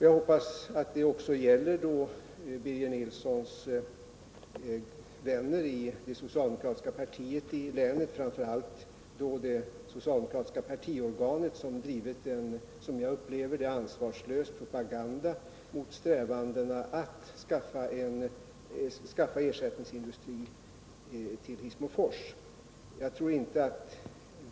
Jag hoppas att det också gäller Birger Nilssons vänner i det socialdemokratiska partiet i länet, framför allt det socialdemokratiska partiorganet, som drivit en som jag upplever det ansvarslös propaganda mot strävandena att skaffa ersättningsindustri till Hissmofors.